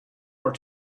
were